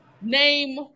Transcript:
Name